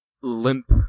limp